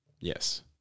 Yes